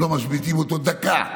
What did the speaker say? לא משביתים אותו דקה,